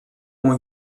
ont